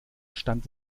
stand